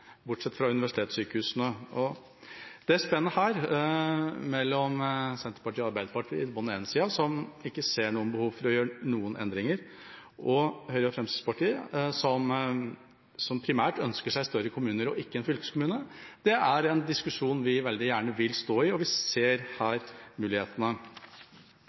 bortsett fra universitetssykehusene. Dette spennet mellom Senterpartiet og Arbeiderpartiet på den ene siden, som ikke ser noe behov for å gjøre noen endringer, og Høyre og Fremskrittspartiet, som primært ønsker seg større kommuner og ikke en fylkeskommune, er en diskusjon vi veldig gjerne vil stå i. Vi ser her mulighetene.